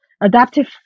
adaptive